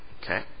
Okay